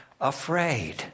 afraid